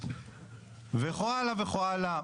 וכך הלאה.